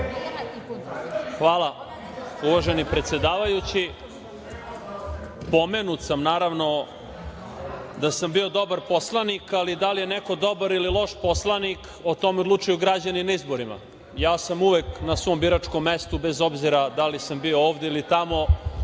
Hvala, uvaženi predsedavajući. Pomenut sam naravno da sam bio dobar poslanik, ali da li je neko dobar ili loš poslanik o tome odlučuju građani na izborima. Ja sam uvek na svom biračkom mestu bez obzira da li sam bio ovde ili tamo